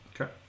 Okay